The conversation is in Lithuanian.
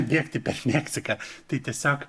bėgti per meksiką tai tiesiog